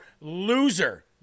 loser